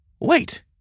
Wait